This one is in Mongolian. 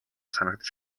санагдаж